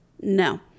no